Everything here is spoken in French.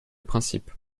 principe